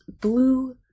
blue